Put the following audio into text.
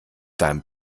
deinem